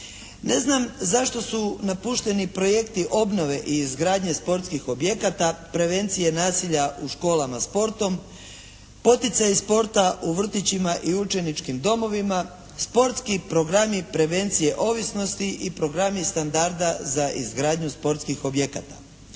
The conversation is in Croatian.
Ne znam zašto su napušteni projekti obnove i izgradnje sportskih objekata, prevencije nasilja u školama sportom, poticaj sporta u vrtićima i učeničkim domovima, sportski programi prevencije ovisnosti i programi standarda za izgradnju sportskih objekata.